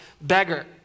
Beggar